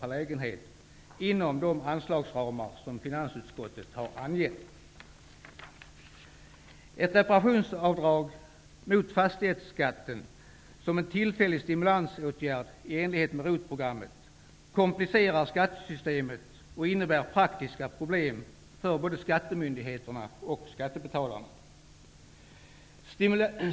per lägenhet inom de anslagsramar som finansutskottet har angett. programmet, komplicerar skattesystemet och innebär praktiska problem för både skattemyndigheter och skattebetalare.